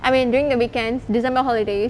I mean during the weekends december holidays